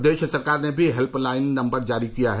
प्रदेश सरकार ने भी हेल्पलाइन नम्बर जारी किया है